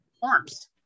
Forms